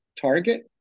target